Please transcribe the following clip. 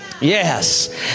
Yes